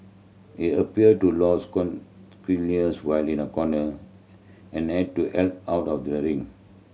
he appeared to lose while in a corner and had to helped out of the ring